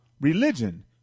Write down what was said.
religion